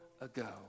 ago